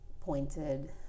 pointed